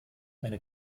eine